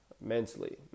mentally